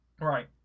Right